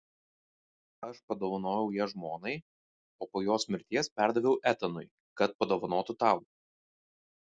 aš padovanojau ją žmonai o po jos mirties perdaviau etanui kad padovanotų tau